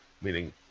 meaning